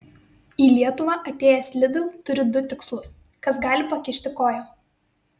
į lietuvą atėjęs lidl turi du tikslus kas gali pakišti koją